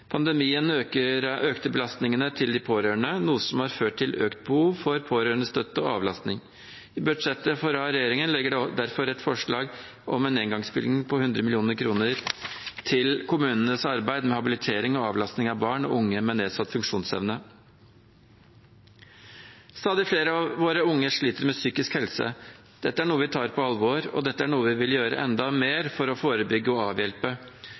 økte belastningen for de pårørende, noe som har ført til økt behov for pårørendestøtte og -avlastning. I budsjettet fra regjeringen ligger det derfor et forslag om en engangsbevilgning på 100 mill. kr til kommunenes arbeid med habilitering og avlastning for barn og unge med nedsatt funksjonsevne. Stadig flere av våre unge sliter med psykisk helse. Dette er noe vi tar på alvor, og dette er noe vi vil gjøre enda mer for å forebygge og avhjelpe.